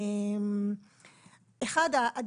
הערה ראשונה.